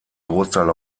großteil